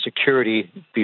Security